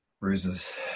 bruises